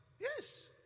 Yes